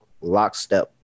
lockstep